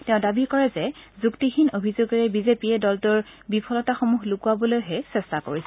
তেওঁ দাবী কৰে যে যুক্তিহীন অভিযোগেৰে বিজেপিয়ে দলটোৰ বিফলতাসমূহ লুকুৱাবলৈহে চেষ্টা কৰিছে